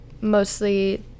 mostly